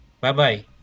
bye-bye